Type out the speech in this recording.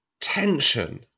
tension